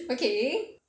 okay